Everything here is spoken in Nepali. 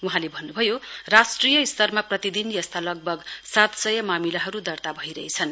वहाँले भन्नुभयो राष्ट्रिय स्तरमा प्रतिदिन यस्ता लगभग सातसय मामिलाहरु दर्ता भइरहेछन्